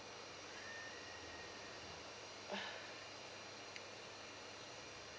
ugh